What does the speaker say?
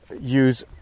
use